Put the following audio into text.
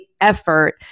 effort